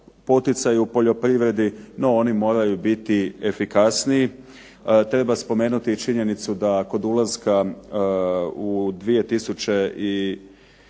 poticaje u poljoprivredi,n o oni moraju biti efikasniji. Treba spomenuti i činjenicu da kod ulaska u 2004.